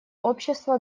общество